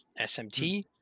smt